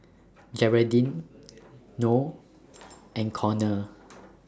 Geraldine Noe and Conor